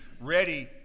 ready